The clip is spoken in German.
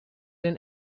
den